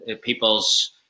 people's